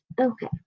Okay